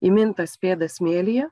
įmintas pėdas smėlyje